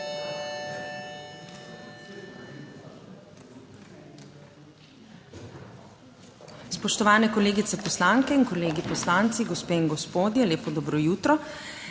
Hvala.